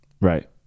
right